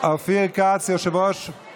הטרור (תיקוני חקיקה), התשפ"ג 2023,